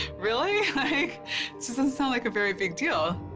really? it doesn't sound like a very big deal.